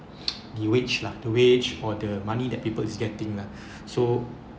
the wage lah the wage or the money that people is getting lah so